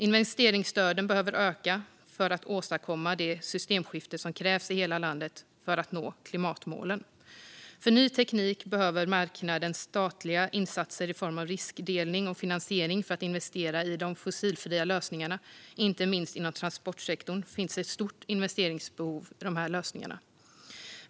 Investeringsstöden behöver öka för att åstadkomma de systemskiften som krävs i hela landet för att nå klimatmålen. För ny teknik behöver marknaden statliga insatser i form av riskdelning och finansiering för att investera i de fossilfria lösningarna. Inte minst inom transportsektorn finns ett stort behov av investeringar i dessa lösningar.